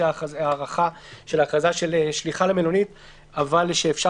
זו הארכת ההכרזה של שליחה למלונית אבל אפשר